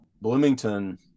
Bloomington